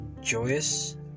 joyous